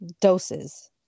doses